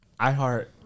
iHeart